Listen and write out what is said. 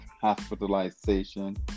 hospitalization